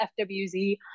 fwz